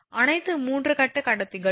அனைத்து 3 கட்ட கடத்திகள்